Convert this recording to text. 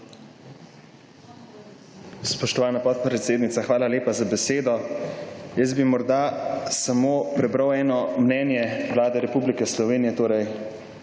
hvala lepa za besedo. Jaz bi morda samo prebral eno mnenje Vlade Republike Slovenije, torej